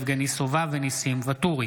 יבגני סובה וניסים ואטורי